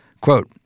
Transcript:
Quote